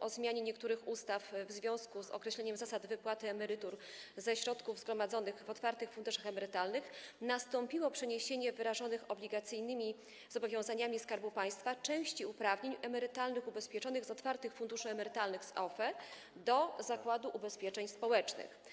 o zmianie niektórych ustaw w związku z określeniem zasad wypłaty emerytur ze środków zgromadzonych w otwartych funduszach emerytalnych nastąpiło przeniesienie wyrażonych obligacyjnymi zobowiązaniami Skarbu Państwa części uprawnień emerytalnych ubezpieczonych z otwartych funduszy emerytalnych, z OFE, do Zakładu Ubezpieczeń Społecznych.